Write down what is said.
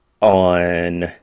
on